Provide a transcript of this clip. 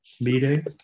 meeting